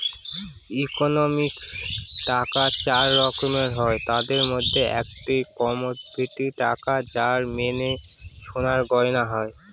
ইকোনমিক্সে টাকা চার রকমের হয় তাদের মধ্যে একটি কমোডিটি টাকা যার মানে সোনার গয়না হয়